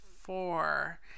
four